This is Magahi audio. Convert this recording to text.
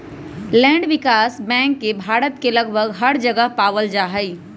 लैंड विकास बैंक के भारत के लगभग हर जगह पावल जा हई